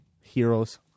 Heroes